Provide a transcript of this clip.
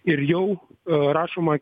ir jau rašoma